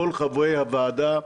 כל חברי הוועדה,